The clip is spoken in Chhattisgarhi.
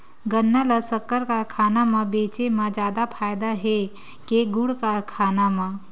गन्ना ल शक्कर कारखाना म बेचे म जादा फ़ायदा हे के गुण कारखाना म?